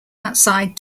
outside